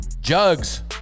Jugs